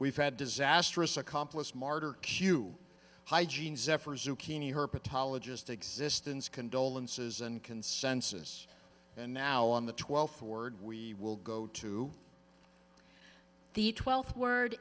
we've had disastrous accomplice martyr q hygiene zephyrs zucchini herpetologist existence condolences and consensus and now on the twelfth word we will go to the twelfth word